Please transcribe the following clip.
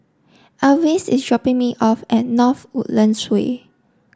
Alvis is dropping me off at North Woodlands Way